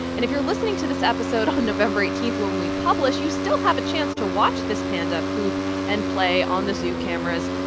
and if you're listening to this episode on november eighteen, when we publish, you still have a chance to watch this panda poop and play on the zoo cameras.